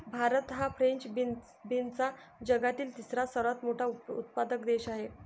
भारत हा फ्रेंच बीन्सचा जगातील तिसरा सर्वात मोठा उत्पादक देश आहे